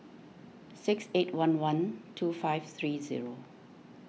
six eight one one two five three zero